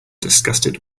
disgusted